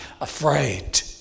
afraid